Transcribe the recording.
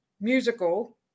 musical